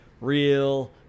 real